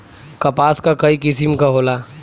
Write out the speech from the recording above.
कपास क कई किसिम क होला